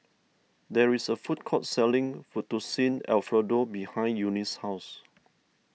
there is a food court selling Fettuccine Alfredo behind Eunice's house